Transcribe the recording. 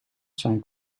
zijn